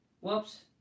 Whoops